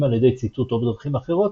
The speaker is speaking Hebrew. אם על ידי ציתות או בדרכים אחרות,